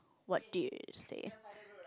what do you say